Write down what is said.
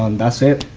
um that's it!